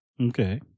Okay